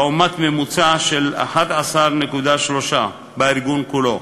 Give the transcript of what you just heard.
לעומת ממוצע של 11.3% בארגון כולו.